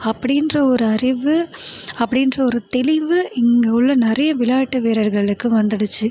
அப்படின்ற ஒரு அறிவு அப்படின்ற ஒரு தெளிவு இங்கே உள்ள நிறைய விளையாட்டு வீரர்களுக்கு வந்துடுச்சு